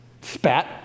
spat